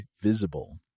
visible